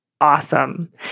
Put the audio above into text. awesome